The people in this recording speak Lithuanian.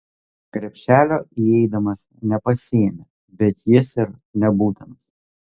krepšelio įeidamas nepasiėmė bet jis ir nebūtinas